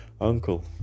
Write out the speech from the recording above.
uncle